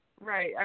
Right